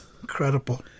Incredible